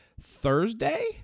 Thursday